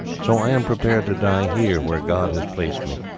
so i am prepared to die here where god has placed me.